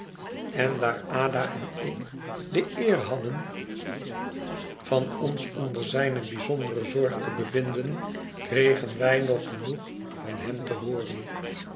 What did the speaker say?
en daar ada en ik de eer hadden van ons onder zijne bijzondere zorg te bevinden kregen wij nog genoeg van hen te hooren